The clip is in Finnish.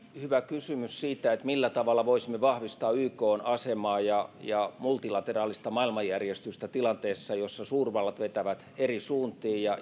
hyvä kysymys siitä millä tavalla voisimme vahvistaa ykn asemaa ja ja multilateraalista maailmanjärjestystä tilanteessa jossa suurvallat vetävät eri suuntiin ja